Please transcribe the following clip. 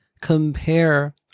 compare